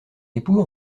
époux